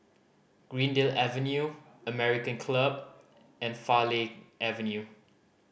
Greendale Avenue American Club and Farleigh Avenue